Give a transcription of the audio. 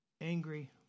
angry